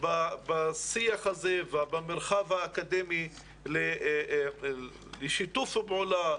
בשיח הזה ובמרחב האקדמי לשיתוף הפעולה הזה,